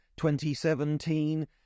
2017